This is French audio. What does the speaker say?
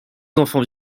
enfants